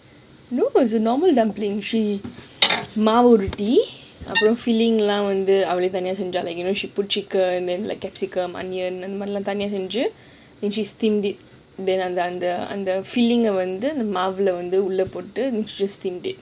no is the normal dumpling she மாவா உருட்டி:maawa urutti feeling அவளே தனிய செஞ்சா:awale thaniya senja you know she put chicken then like capsicum onion and எல்லாம் போட்டு:ellam pottu then she steamed it அப்பறம் அந்த:aparam antha feeling of உள்ள பொட்டு::lla pottu steamed it